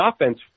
offense